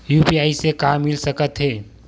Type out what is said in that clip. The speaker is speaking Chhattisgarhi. यू.पी.आई से का मिल सकत हे?